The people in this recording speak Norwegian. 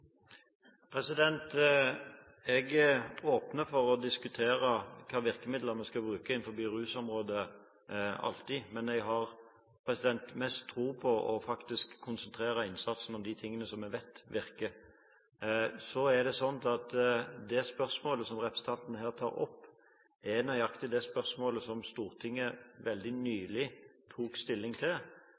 Jeg er alltid åpen for å diskutere hvilke virkemidler vi skal bruke innenfor rusområdet, men jeg har mest tro på å konsentrere innsatsen om de tingene vi faktisk vet virker. Spørsmålet representanten her tar opp, er nøyaktig det spørsmålet som Stortinget veldig nylig tok stilling til.